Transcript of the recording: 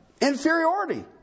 inferiority